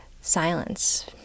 silence